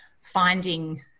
finding